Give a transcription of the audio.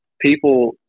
People